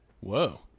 whoa